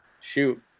shoot